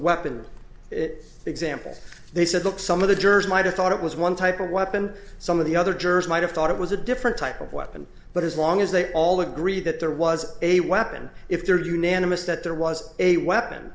weapon example they said look some of the jurors might have thought it was one type of weapon some of the other jurors might have thought it was a different type of weapon but as long as they all agree that there was a weapon if they were unanimous that there was a weapon